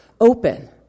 open